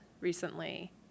recently